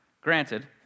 Granted